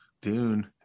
Dune